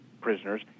prisoners